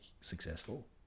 successful